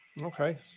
Okay